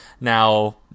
Now